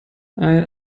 ein